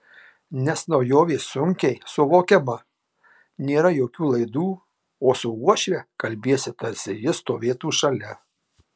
nes naujovė sunkiai suvokiama nėra jokių laidų o su uošve kalbiesi tarsi ji stovėtų šalia